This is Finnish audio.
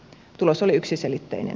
tulos oli yksiselitteinen